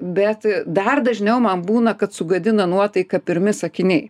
bet dar dažniau man būna kad sugadina nuotaiką pirmi sakiniai